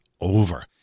over